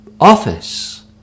office